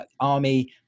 Army